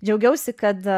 džiaugiausi kad